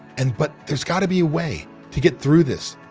and but there's got to be a way to get through this,